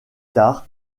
tard